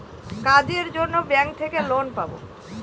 কাজের জন্য ব্যাঙ্ক থেকে লোন পাবো